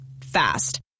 Fast